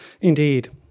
Indeed